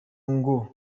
ngo